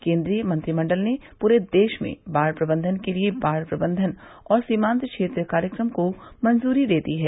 केन्द्रीय मंत्रिमंडल ने पूरे देश में बाढ़ प्रबंधन के लिए बाढ़ प्रबंधन और सीमान्त क्षेत्र कार्यक्रम को मंजूरी दे दी है